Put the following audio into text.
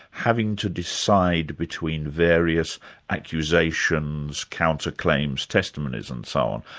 having to decide between various accusations, counter-claims, testimonies and so on,